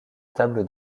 table